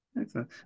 Excellent